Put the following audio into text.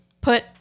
put